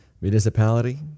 municipality